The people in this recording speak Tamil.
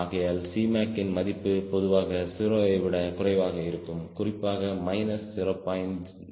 ஆகையால் Cmacன் மதிப்பு பொதுவாக 0 விட குறைவாக இருக்கும் குறிப்பாக மைனஸ் 0